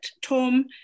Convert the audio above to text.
Tom